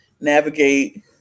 navigate